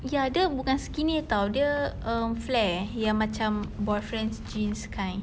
ya dia bukan skinny dia um flare yang macam boyfriend's jeans kind